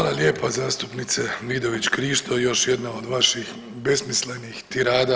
Hvala lijepa zastupnice Vidović Krišto, još jedna od vaših besmislenih tirada.